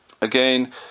Again